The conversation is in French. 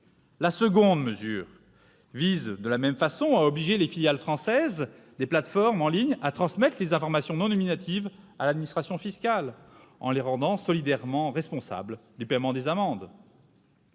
La seconde mesure vise, de la même façon, à obliger les filiales françaises des plateformes en ligne à transmettre des informations non nominatives à l'administration fiscale en les rendant solidairement responsables du paiement des amendes.